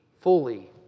fully